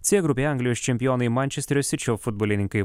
c grupėj anglijos čempionai mančesterio sičio futbolininkai